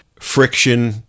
friction